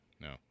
no